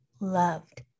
loved